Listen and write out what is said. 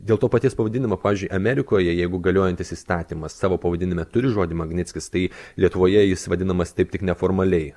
dėl to paties pavadinimo pavyzdžiui amerikoje jeigu galiojantis įstatymas savo pavadinime turi žodį magnickis tai lietuvoje jis vadinamas taip tik neformaliai